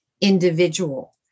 individual